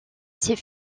ses